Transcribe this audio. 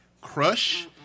Crush